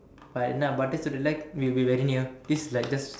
but என்னா:ennaa studio like we will be very near this is like just